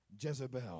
Jezebel